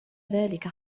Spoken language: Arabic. ذلك